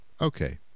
okay